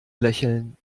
lächeln